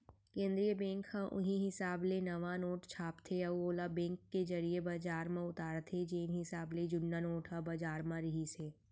केंद्रीय बेंक ह उहीं हिसाब ले नवा नोट छापथे अउ ओला बेंक के जरिए बजार म उतारथे जेन हिसाब ले जुन्ना नोट ह बजार म रिहिस हे